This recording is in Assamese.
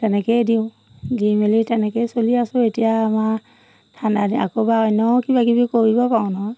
তেনেকেই দিওঁ দি মেলি তেনেকেই চলি আছোঁ এতিয়া আমাৰ ঠাণ্ডা দিন আকৌ বাৰু অন্য কিবা কিবি কৰিব পাৰো নহয়